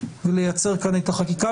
ולייצר כאן את החקיקה,